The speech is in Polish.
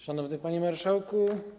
Szanowny Pani Marszałku!